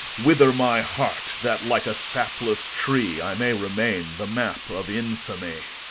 wither my heart, that, like a sapless tree, i may remain the map of infamy.